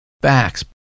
facts